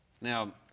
Now